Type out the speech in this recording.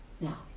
Now